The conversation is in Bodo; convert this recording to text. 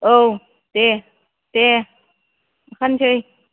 औ दे दे ओंखारनोसै